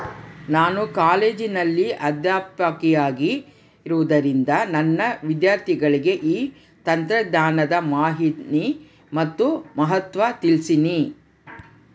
ನಾನು ಕಾಲೇಜಿನಲ್ಲಿ ಅಧ್ಯಾಪಕಿಯಾಗಿರುವುದರಿಂದ ನನ್ನ ವಿದ್ಯಾರ್ಥಿಗಳಿಗೆ ಈ ತಂತ್ರಜ್ಞಾನದ ಮಾಹಿನಿ ಮತ್ತು ಮಹತ್ವ ತಿಳ್ಸೀನಿ